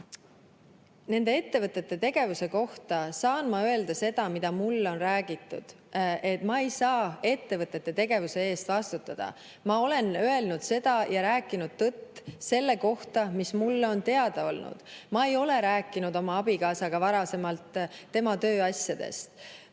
nende ettevõtete tegevuse kohta saan ma öelda seda, mida mulle on räägitud. Ma ei saa ettevõtete tegevuse eest vastutada. Ma olen öelnud seda ja rääkinud tõtt selle kohta, mis mulle on teada olnud. Ma ei ole rääkinud oma abikaasaga varasemalt tema tööasjadest. Kolmandaks,